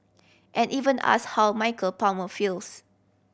and even asked how Michael Palmer feels